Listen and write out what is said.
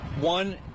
One